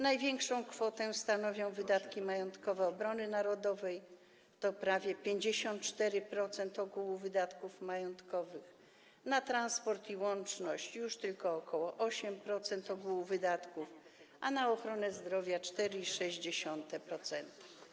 Największą kwotę stanowią wydatki majątkowe na obronę narodową, to prawie 54% ogółu wydatków majątkowych, na transport i łączność już tylko ok. 7% ogółu wydatków, a na ochronę zdrowia - 4,6%.